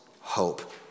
hope